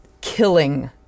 killing